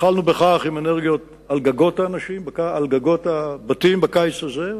התחלנו עם אנרגיות על גגות הבתים בקיץ הזה,